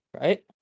right